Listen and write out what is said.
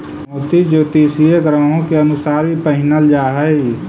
मोती ज्योतिषीय ग्रहों के अनुसार भी पहिनल जा हई